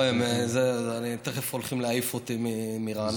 לא, הם תכף הולכים להעיף אותי מרעננה.